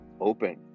open